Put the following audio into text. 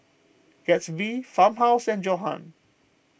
Gatsby Farmhouse and Johan